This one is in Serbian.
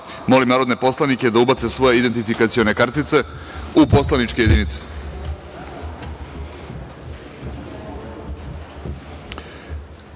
molim narodne poslanike da ubace svoje identifikacione kartice u poslaničke